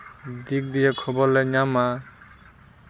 ᱫᱤᱠ ᱫᱤᱭᱮ ᱠᱷᱚᱵᱚᱨ ᱞᱮ ᱧᱟᱢᱟ